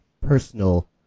personal